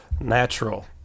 natural